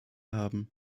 haben